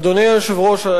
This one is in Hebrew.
אדוני היושב-ראש,